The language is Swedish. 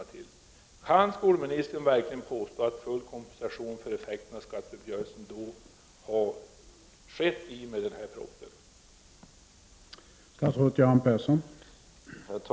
Svar på frågor Kan skolministern verkligen påstå att full kompensation för effekten av skatteuppgörelsen har givits i och med den här propositionen?